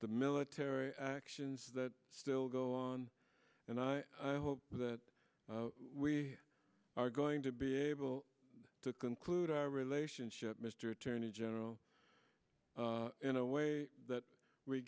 the military actions that still go on and i hope that we are going to be able to conclude our relationship mr attorney general in a way that we